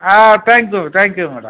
ah thank you madam thank you madam